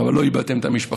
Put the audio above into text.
אבל לא איבדתם את המשפחה.